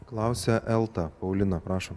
klausia elta paulina prašom